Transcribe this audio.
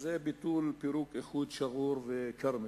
וזה ביטול פירוק איחוד שגור וכרמל.